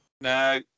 No